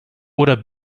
oder